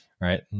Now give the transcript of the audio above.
right